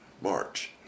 March